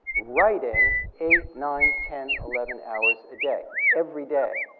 writing eight, nine, ten, eleven hours a day every day.